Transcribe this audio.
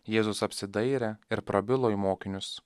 jėzus apsidairė ir prabilo į mokinius